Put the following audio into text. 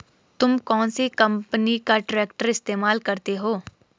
तुम कौनसी कंपनी का ट्रैक्टर इस्तेमाल करते हो?